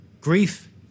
grief